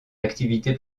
activité